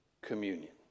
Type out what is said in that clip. communion